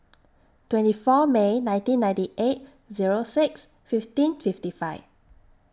twenty four May nineteen ninety eight Zero six fifteen fifty five